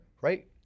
Right